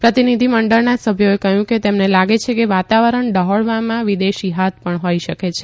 પ્રતિનિધિમંડળના સભ્યોએ કહ્યું કે તેમને લાગે છે કે વાતાવરણ ડહોળવામાં વિદેશી હાથ પણ હોઈ શકે છે